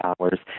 hours